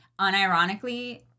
unironically